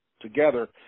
together